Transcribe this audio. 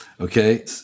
Okay